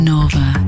Nova